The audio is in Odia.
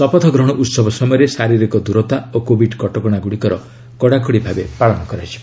ଶପଥ ଗ୍ରହଣ ଉତ୍ସବ ସମୟରେ ଶାରିରୀକ ଦ୍ରତା ଓ କୋଭିଡ୍ କଟକଣା ଗୁଡ଼ିକର କଡ଼ାକଡ଼ି ଭାବେ ପାଳନ କରାଯିବ